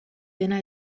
dena